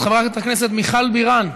חברת הכנסת מיכל בירן.